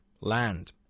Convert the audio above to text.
land